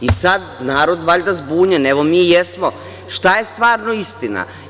I sad, narod je valjda zbunjen, evo, mi jesmo - šta je stvarno istina?